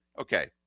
okay